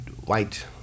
white